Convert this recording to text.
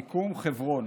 מיקום, חברון.